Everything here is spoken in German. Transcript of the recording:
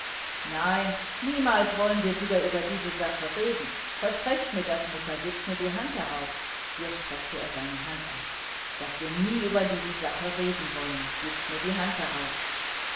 nein niemals wollen wir wieder über diese sache reden versprecht mir das mutter gebt mir die hand darauf hier streckte er seine hand aus daß wir nie über diese sache reden wollen gebt mir die hand darauf